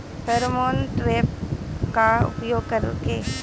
Pheromone trap का उपयोग कर के?